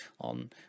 on